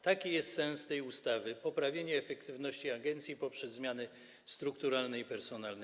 Taki jest sens tej ustawy: poprawienie efektywności agencji poprzez zmiany strukturalne i personalne.